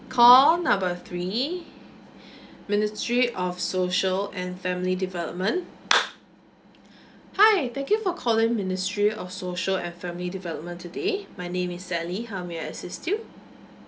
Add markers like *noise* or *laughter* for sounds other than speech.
call number three ministry of social and family development *noise* hi thank you for calling ministry of social and family development today my name is sally how may I assist you